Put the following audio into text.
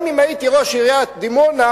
גם אם הייתי ראש עיריית דימונה,